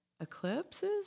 eclipses